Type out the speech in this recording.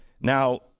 Now